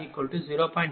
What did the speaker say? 004 p